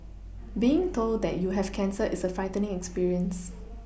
being told that you have cancer is a frightening experience